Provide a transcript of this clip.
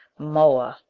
moa!